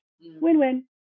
Win-win